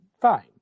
fine